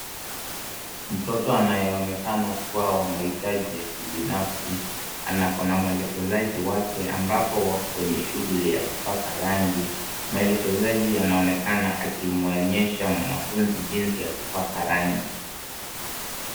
Mtoto anayeonekana kuwa na mahitaji ya kibinafsi ana mwelekezaji wake ambapo wako kwenye shughuli ya kupaka rangi. Mwelekezaji anaonekana aki mwonyesho mwanafunzi jinsi ya kupaka rangi.